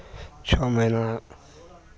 छओ महीना